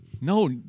No